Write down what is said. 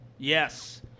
Yes